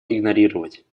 игнорировать